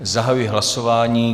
Zahajuji hlasování.